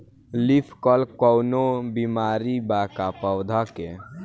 Leaf curl कौनो बीमारी बा का पौधा के?